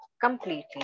completely